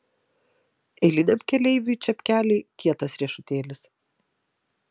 eiliniam keleiviui čepkeliai kietas riešutėlis